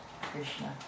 Krishna